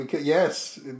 Yes